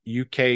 UK